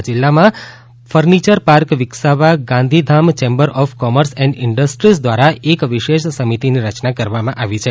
આ જિલ્લામાં furniture park વિકસાવવા Gandhidham chamber of commerce and industries દ્વારા એક વિશેષ સમિતિની રચના કરવામાં આવી છે